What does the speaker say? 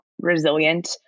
resilient